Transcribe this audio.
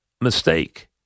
mistake